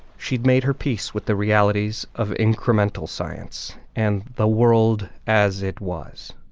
she'd made her peace with the realities of incremental science and the world as it was,